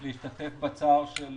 אני רוצה להשתתף בצער של